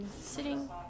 sitting